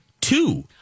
two